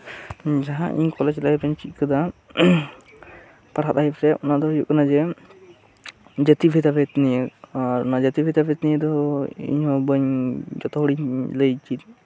ᱡᱟᱦᱟ ᱤᱧ college life ᱨᱮᱧ ᱪᱮᱫ ᱟᱠᱟᱫᱟ ᱯᱟᱲᱦᱟᱜ ᱞᱟᱭᱤᱯᱷ ᱨᱮ ᱚᱱᱟᱫᱚ ᱦᱩᱭᱩᱜ ᱠᱟᱱᱟ ᱡᱮ ᱡᱟᱹᱛᱤ ᱵᱷᱮᱫᱟᱵᱷᱮᱫ ᱱᱤᱭᱮ ᱟᱨ ᱚᱱᱟ ᱡᱟᱹᱛᱤ ᱵᱷᱮᱫᱟᱵᱷᱮᱫ ᱱᱤᱭᱮ ᱫᱚ ᱤᱧᱦᱚ ᱵᱟᱹᱧ ᱡᱚᱛᱚᱦᱚᱲᱤᱧ ᱞᱟᱹᱭ